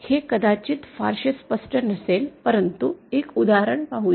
तर हे कदाचित फारसे स्पष्ट नसेल परंतु एक उदाहरण पाहूया